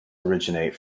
originate